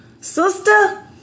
sister